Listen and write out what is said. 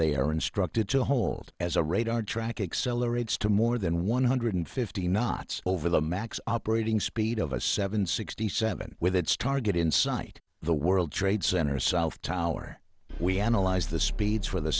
they are instructed to hold as a radar track accelerates to more than one hundred fifty knots over the max operating speed of a seven sixty seven with its target in sight the world trade center south tower we analyzed the speeds for the